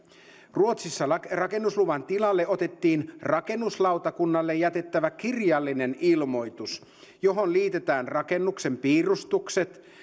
ruotsissa rakennusluvan tilalle otettiin rakennuslautakunnalle jätettävä kirjallinen ilmoitus johon liitetään rakennuksen piirustukset